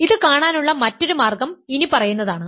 ഇത് കാണാനുള്ള മറ്റൊരു മാർഗ്ഗം ഇനിപ്പറയുന്നതാണ്